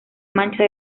mancha